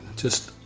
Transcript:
just,